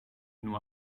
nur